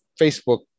Facebook